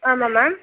ஆமாம் மேம்